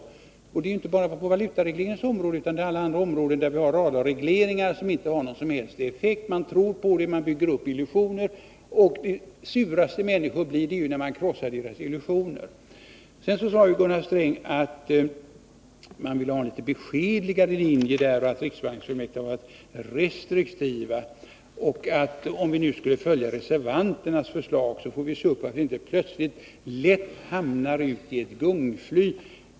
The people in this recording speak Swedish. Detta gäller inte bara på valutaregleringens område, utan även på alla andra områden där vi har mängder av regleringar som inte har någon som helst effekt. Man tror på dem, och man bygger upp illusioner. Och människor blir aldrig surare än när man krossar deras illusioner! Gunnar Sträng sade att man ville följa en beskedligare linje och att riksbanksfullmäktige varit restriktiv. Han trodde att om vi skulle följa reservanternas förslag, då kunde vi lätt hamna i ett gungfly.